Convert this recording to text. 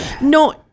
No